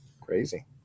Crazy